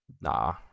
Nah